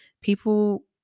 people